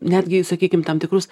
netgi sakykim tam tikrus